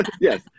Yes